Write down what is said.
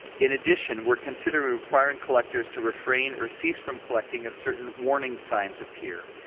in addition, we are considering requiring collectors to refrain or cease from collecting if certain warning signs appear,